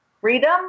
freedom